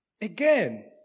again